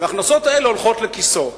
וההכנסות האלה הולכות לכיסו.